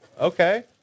Okay